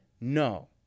No